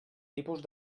tipus